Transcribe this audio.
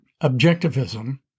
Objectivism